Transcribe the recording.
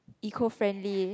eco friendly